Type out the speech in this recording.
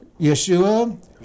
Yeshua